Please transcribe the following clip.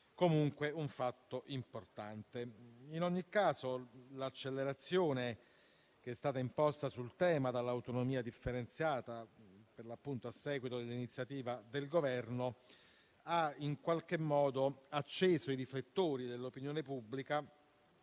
comunque importante. In ogni caso, l'accelerazione che è stata imposta sul tema dall'autonomia differenziata a seguito dell'iniziativa del Governo ha in qualche modo acceso i riflettori dell'opinione pubblica